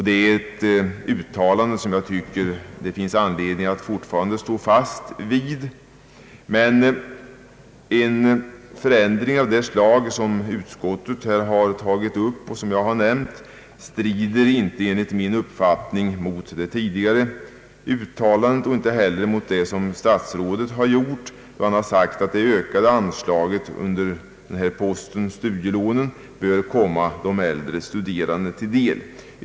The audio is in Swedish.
Det är ett uttalande som jag tycker det finns anledning att fortfarande stå fast vid, men en förändring av det slag som utskottet här berört och som jag har nämnt strider enligt min uppfattning inte mot det tidigare uttalandet och inte heller mot det som statsrådet har gjort, då han sagt att det ökade anslaget under posten studielån bör komma de äldre studerande till del.